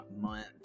month